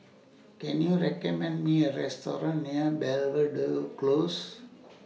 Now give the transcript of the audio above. Can YOU recommend Me A Restaurant near Belvedere Close